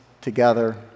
together